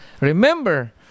Remember